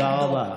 תודה רבה.